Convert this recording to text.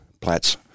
Platts